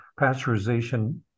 pasteurization